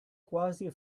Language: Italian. quasi